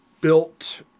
built